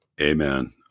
Amen